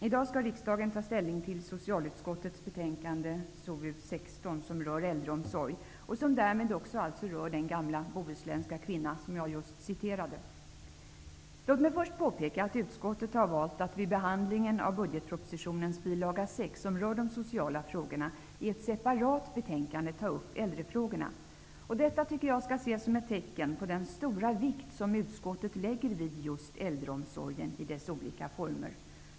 I dag skall riksdagen ta ställning till socialutskottets betänkande 1992/93:SoU16 som rör äldreomsorg och som därmed också rör den gamla bohusländska kvinna jag just citerade. Låt mig först påpeka att utskottet har valt att vid behandlingen av budgetpropositionens bilaga 6, som rör de sociala frågorna, i ett separat betänkande ta upp äldrefrågorna. Detta tycker jag skall ses som ett tecken på den stora vikt som utskottet lägger vid just äldreomsorgen i dess olika former.